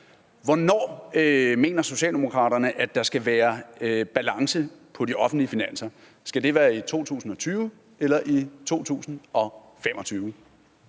Hvornår mener Socialdemokraterne at der skal være balance på de offentlige finanser? Skal det være i 2020 eller i 2025?